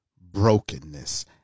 brokenness